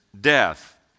death